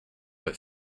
but